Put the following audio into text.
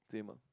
same ah